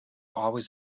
always